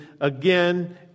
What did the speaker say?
again